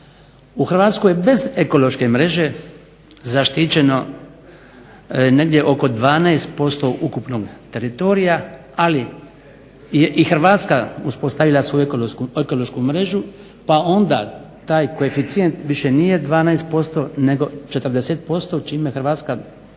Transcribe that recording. U Hrvatskoj bez ekološke mreže zaštićeno negdje oko 12% ukupnog teritorija, ali je i Hrvatska uspostavila svoju ekološku mrežu, pa onda taj koeficijent više nije 12% nego 40% čime Hrvatska